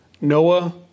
Noah